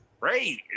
great